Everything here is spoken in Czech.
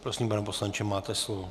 Prosím, pane poslanče, máte slovo.